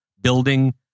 building